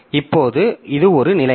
இப்போது இது ஒரு நிலைமை